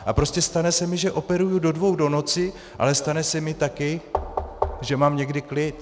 A prostě stane se mi, že operuji do dvou do noci, ale stane se mi taky , že mám někdy klid.